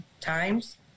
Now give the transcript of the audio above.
times